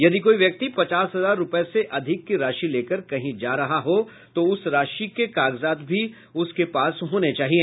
यदि कोई व्यक्ति पचास हजार रूपये से अधिक की राशि लेकर कहीं जा रहे हो तो उस राशि के कागजात भी उनके पास होने चाहिए